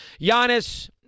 Giannis